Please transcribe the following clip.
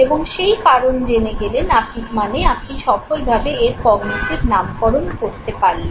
এবং সেই কারণ জেনে গেলেন মানে আপনি সফলভাবে এর কগ্নিটিভ নামকরণ করতে পারলেন